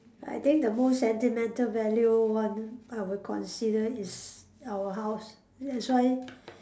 I think the most sentimental value one I will consider is our house that's why